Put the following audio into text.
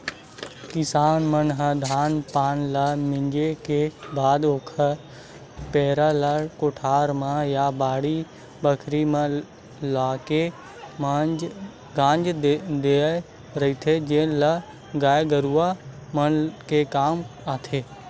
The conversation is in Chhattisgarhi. किसान मन ह धान पान ल मिंजे के बाद ओखर पेरा ल कोठार म या बाड़ी बखरी म लाके गांज देय रहिथे जेन ह गाय गरूवा मन के काम आथे